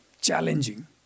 challenging